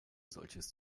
solches